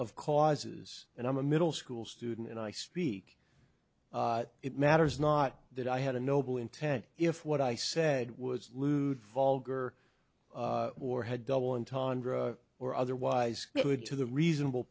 of causes and i'm a middle school student and i speak it matters not that i had a noble intent if what i said was lewd vulgar or had double entendre or otherwise good to the reasonable